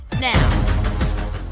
now